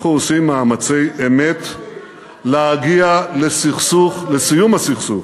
אנחנו עושים מאמצי אמת להגיע לסיום הסכסוך